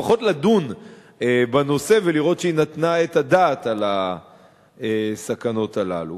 לפחות לדון בנושא ולראות שהיא נתנה את הדעת על הסכנות הללו,